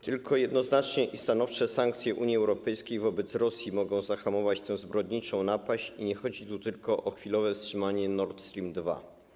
Tylko jednoznacznie i stanowcze sankcje Unii Europejskiej wobec Rosji mogą zahamować tą zbrodniczą napaść i nie chodzi tu tylko o chwilowe wstrzymanie Nord Stream 2.